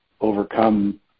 overcome